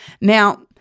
Now